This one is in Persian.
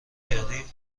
کردی